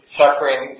suffering